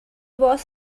was